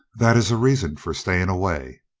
that is a reason for staying away.